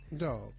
No